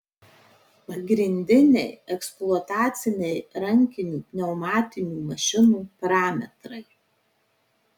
pagrindiniai eksploataciniai rankinių pneumatinių mašinų parametrai